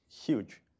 huge